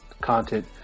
content